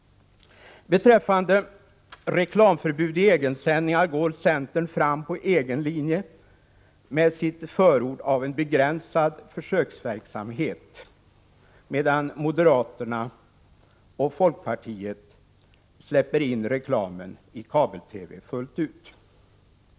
Beträffande reklamförbud i egensändningar följer centern sin linje och förordar en begränsad försöksverksamhet, medan moderaterna och folkpartiet fullt ut släpper in reklamen i kabel-TV.